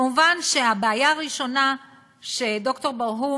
כמובן שהבעיה הראשונה שהעלה ד"ר ברהום,